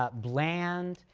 ah bland,